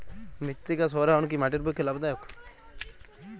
মৃত্তিকা সৌরায়ন কি মাটির পক্ষে লাভদায়ক?